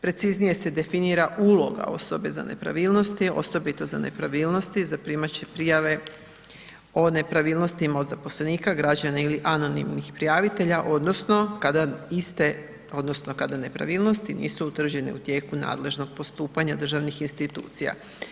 Preciznije se definira uloga osobe za nepravilnosti, osobito za nepravilnosti za primaće prijave o nepravilnostima od zaposlenika, građana ili anonimnih prijavitelja odnosno kada iste odnosno kada nepravilnosti nisu utvrđene u tijeku nadležnog postupanja državnih institucija.